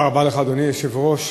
אדוני היושב-ראש,